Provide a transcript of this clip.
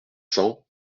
cents